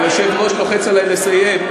היושב-ראש לוחץ עלי לסיים,